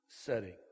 setting